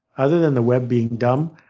other than the web being dumb?